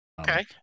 Okay